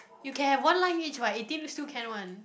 you can have one line each what eighteen still can one